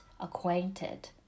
acquainted